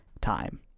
time